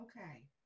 Okay